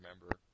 remember